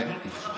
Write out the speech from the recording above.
גם יש חלק,